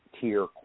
tier